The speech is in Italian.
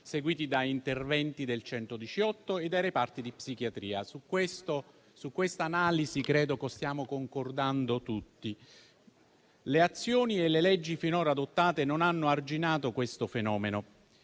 seguite da interventi del 118 e dai reparti di psichiatria. Su questa analisi credo che stiamo concordando tutti. Le azioni e le leggi finora adottate non hanno arginato questo fenomeno,